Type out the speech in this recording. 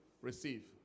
receive